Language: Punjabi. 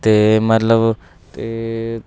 ਅਤੇ ਮਤਲਬ ਅਤੇ